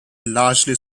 largely